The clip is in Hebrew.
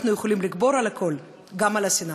אנחנו יכולים לגבור על הכול, גם על השנאה.